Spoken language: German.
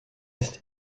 ist